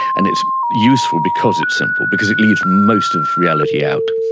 and it's useful because it's simple, because it leaves most of reality out.